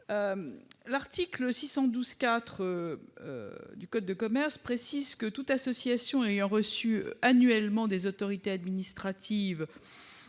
L'article L. 612-4 du code de commerce dispose que toute association ayant reçu annuellement des autorités administratives